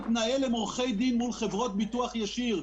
להתחיל באיזו צורה שתנגיש מוצרי ביטוח שיש עליהם